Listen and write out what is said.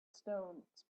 stones